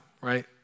Right